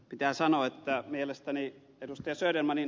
pitää sanoa että mielestäni ed